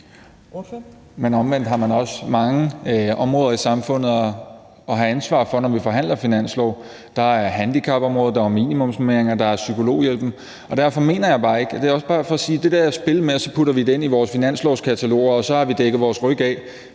Men omvendt har man jo også mange områder i samfundet at have ansvar for, når man forhandler finanslov. Der er handicapområdet, der er minimumsnormeringerne, og der er psykologhjælpen, og derfor vil jeg også bare sige i forhold til det der spil med, at vi putter det ind i vores finanslovskataloger, og at vi så har dækket vores ryg af,